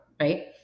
Right